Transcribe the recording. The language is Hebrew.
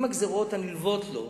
עם הגזירות הנלוות לו.